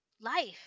life